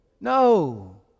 No